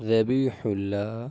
Zabih Allah